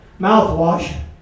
mouthwash